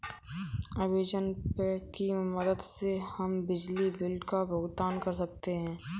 Amazon Pay की मदद से हम बिजली बिल का भुगतान कर सकते हैं